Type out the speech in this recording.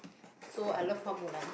so I love Hua-Mulan